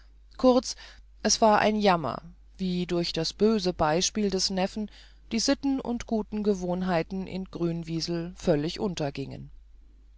kurz es war ein jammer wie durch das böse beispiel des neffen die sitten und guten gewohnheiten in grünwiesel völlig untergingen